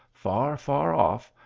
far, far off,